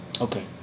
Okay